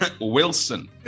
Wilson